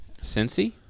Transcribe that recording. Cincy